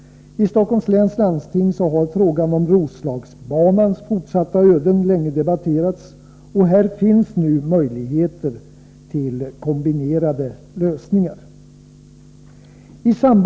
I Stockholms läns landsting har frågan om Roslagsbanans fortsatta öden länge debatterats. Här finns nu möjligheter till kombinerade lösningar.